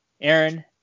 Aaron